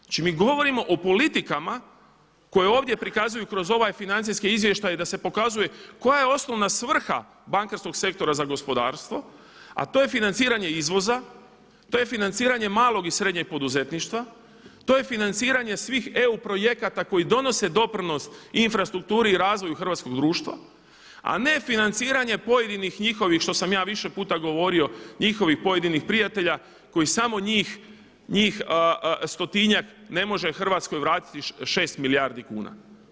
Znači mi govorimo o politikama koje ovdje prikazuju kroz ovaj financijski izvještaj da se pokazuje koja je osnovna svrha bankarskog sektora za gospodarstvo, a to je financiranje izvoza, to je financiranje malog i srednjeg poduzetništva, to je financiranje svih EU projekata koji donose doprinos i infrastrukturi i razvoju hrvatskog društva, a ne financiranje pojedinih njihovih što sam ja više puta govorio, njihovih pojedinih prijatelja koji samo njih stotinjak ne može Hrvatskoj vratiti 6 milijardi kuna.